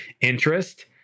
interest